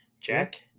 jack